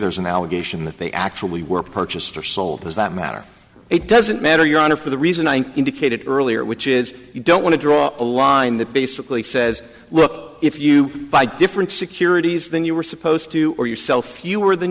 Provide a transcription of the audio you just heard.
there's an allegation that they actually were purchased or sold is that matter it doesn't matter your honor for the reason i indicated earlier which is you don't want to draw a line that basically says look if you buy different securities than you were supposed to or yourself fewer than